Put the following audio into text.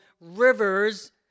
rivers